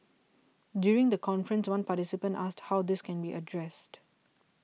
during the conference one participant asked how this can be addressed